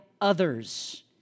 others